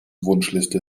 wunschliste